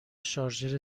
شارژر